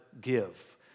give